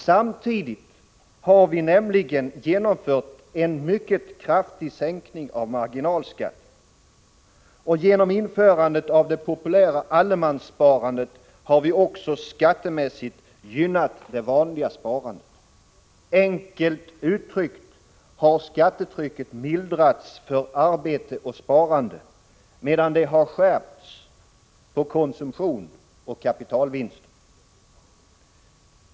Samtidigt har vi nämligen genomfört en mycket kraftig sänkning av marginalskatten. Genom införandet av det populära Allemanssparandet har vi också skattemässigt gynnat det vanliga sparandet. Enkelt uttryckt har skattetrycket mildrats för arbete och sparande, medan det har skärpts på konsumtion och kapitalvinster.